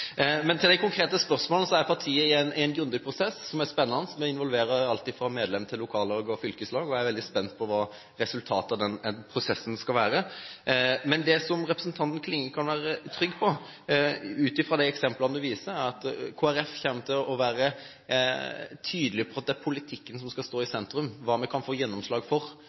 til det konkrete spørsmålet: Partiet er inne i en grundig prosess, som er spennende, og som involverer alt fra medlemmer til lokallag og fylkeslag, og jeg er veldig spent på hva resultatet av den prosessen vil bli. Men det representanten Klinge kan være trygg på, ut fra de eksemplene hun viser til, er at Kristelig Folkeparti kommer til å være tydelig på at det er politikken og hva vi kan få gjennomslag for, som skal stå i sentrum.